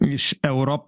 iš europ